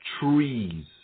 trees